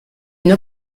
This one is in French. une